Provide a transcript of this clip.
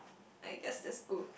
I guess that's good